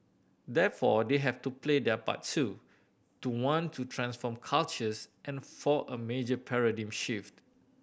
therefore they have to play their part too to want to transform cultures and for a major paradigm shift